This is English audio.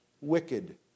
wicked